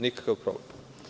Nikakav problem.